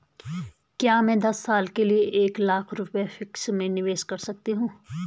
क्या मैं दस साल के लिए एक लाख रुपये फिक्स में निवेश कर सकती हूँ?